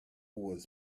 was